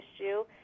issue